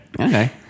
Okay